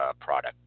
product